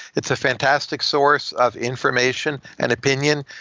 it's a fantastic source of information and opinion,